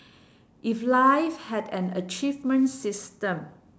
if life had an achievement system